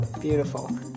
Beautiful